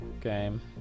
game